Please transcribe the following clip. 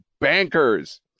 bankers